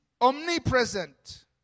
omnipresent